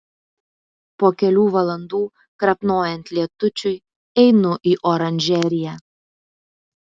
po kelių valandų krapnojant lietučiui einu į oranžeriją